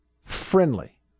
Friendly